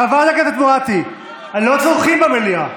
חברת הכנסת מואטי, לא צורחים במליאה.